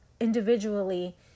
individually